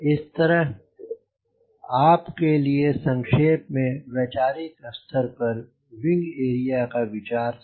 इस तरह आप के लिए संक्षेप में वैचारिक स्तर पर यह विंग एरिया का एक विचार था